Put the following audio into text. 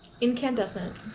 Incandescent